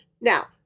Now